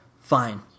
fine